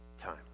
time